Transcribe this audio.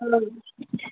औ